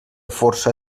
força